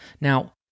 Now